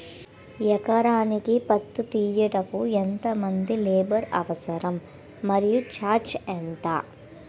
ఎకరానికి పత్తి తీయుటకు ఎంత మంది లేబర్ అవసరం? మరియు ఛార్జ్ ఎంత?